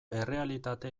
errealitate